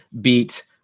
beat